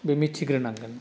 बे मिथिग्रोनांगोन